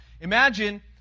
Imagine